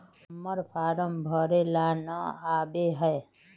हम्मर फारम भरे ला न आबेहय?